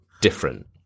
different